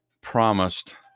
promised